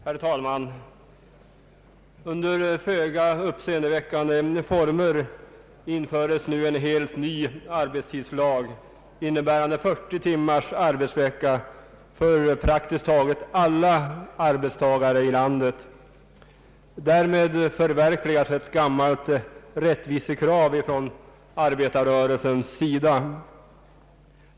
Herr talman! Under föga uppseendeväckande former införes nu en helt ny arbetstidslag, innebärande 40 timmars arbetsvecka för praktiskt taget alla arbetstagare i landet. Därmed förverkligas ett gammalt rättvisekrav från arbetarrörelsens sida.